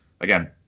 again